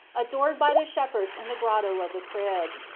adored by the shepherds in the grotto of the crib.